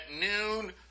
noon